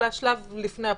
אלא שלב לפני אפוטרופסות,